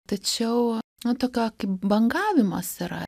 tačiau nu tokio kaip bangavimas yra